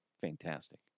Fantastic